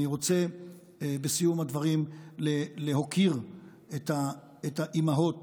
אני רוצה בסיום הדברים להוקיר את האימהות